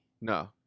No